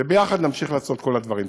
ויחד נמשיך לעשות את כל הדברים.